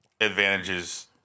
advantages